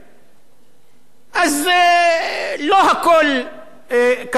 אז לא הכול קשור בהשקפה פוליטית.